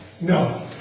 no